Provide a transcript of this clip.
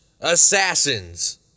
Assassins